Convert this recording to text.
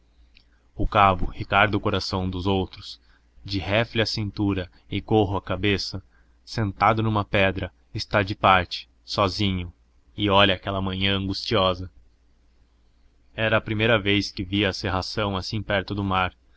o cabo ricardo coração dos outros de rifle à cintura e gorro à cabeça sentado numa pedra está de parte sozinho e olha aquela manhã angustiosa era a primeira vez que via a cerração assim perto do mar